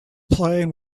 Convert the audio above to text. playing